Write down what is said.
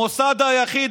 המוסד היחיד,